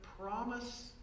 promise